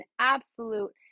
absolute